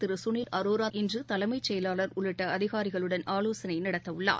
திருகளில் அரோரா இன்று தலைமைச் செயலாளர் உள்ளிட்ட அதிகாரிகளுடன் ஆலோசனை நடத்தவுள்ளார்